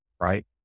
right